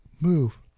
Move